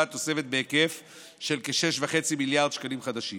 תוספת של כ-6.5 מיליארד שקלים חדשים.